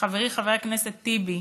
לחברי חבר הכנסת טיבי,